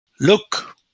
look